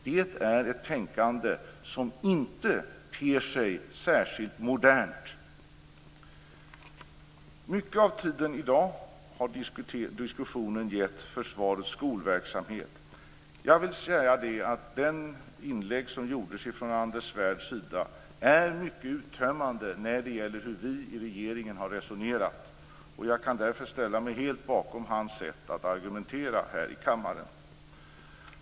Det är ett tänkande som inte ter sig särskilt modernt. Mycket av tiden i dag har diskussionen gällt försvarets skolverksamhet. Det inlägg som gjordes från Anders Svärds sida är mycket uttömmande när det gäller hur vi i regeringen har resonerat. Jag kan därför ställa mig helt bakom hans sätt att argumentera.